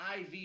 IV